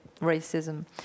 racism